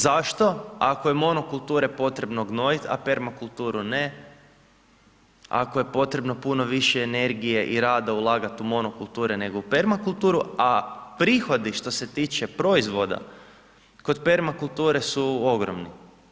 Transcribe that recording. Zašto ako je monokulture potrebno gnojiti a permakulturu ne, ako je potrebno puno više energije i rada ulagati u monokulture nego u permakulturu a prihodi što se tiče proizvoda kod permakulture su ogromni.